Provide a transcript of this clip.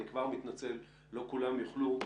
אני כבר מתנצל כי לא כולם יוכלו לדבר.